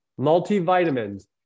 Multivitamins